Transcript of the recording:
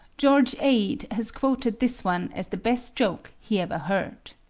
george ade has quoted this one as the best joke he ever heard